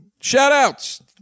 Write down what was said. shout-outs